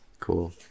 Cool